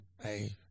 Hey